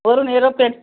वरून एरोप्लेन